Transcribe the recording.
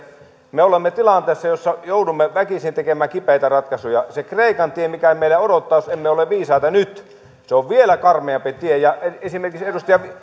me olemme tilanteessa jossa joudumme väkisin tekemään kipeitä ratkaisuja se kreikan tie mikä meitä odottaa jos emme ole viisaita nyt on vielä karmeampi tie esimerkiksi edustaja